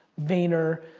vayner,